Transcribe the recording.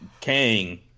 Kang